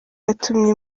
yatumye